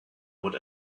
would